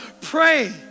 pray